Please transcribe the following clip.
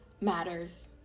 matters